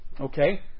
Okay